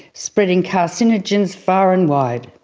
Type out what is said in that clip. spreading carcinogens far and wide.